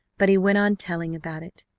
but he went on telling about it.